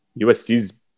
USC's